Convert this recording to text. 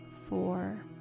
four